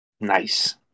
Nice